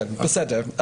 בסדר.